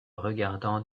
regardant